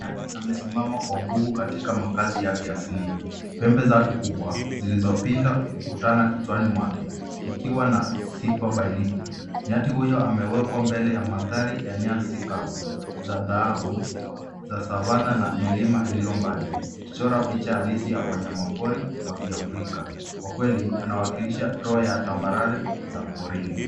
Nyati amesimama kwa nguvu katika makazi yake asilia. Pembe zake kubwa zilizopinda hukutana kichwani mwake ikiwa na sifa bainifu. Nyati huyo amewekwa mbele ya mandhari ya nyasi kavu za dhahabu za savana na milima iliyo mbali ikichora picha halisi ya wanyamapori wa kiafrika. Kwa kweli, anawakilisha roho ya tambarare za porini.